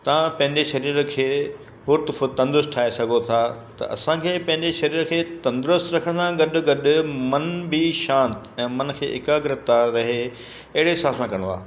तव्हां पंहिंजे शरीर खे पुथ फ़ुर्त तंदुरुस्त ठाहे सघो था त असांखे पंहिंजे शरीर खे तंदुरुस्त रखण सां गॾु गॾु मन बि शांति ऐं मन खे एकाग्रीता रहे अहिड़े हिसाब सां करिणो आहे